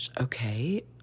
Okay